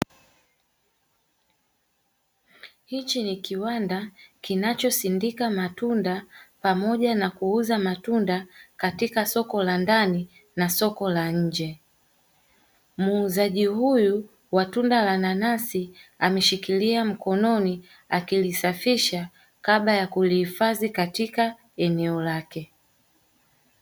Hichi ni kiwanda kinachosindika matunda pamoja na kuuza matunda katika soko la ndani na soko la nje. Muuzaji huyu wa tunda la nanasi ameshikilia mkononi akilisafisha kabla ya kulihifadhi katika eneo lake.